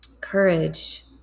courage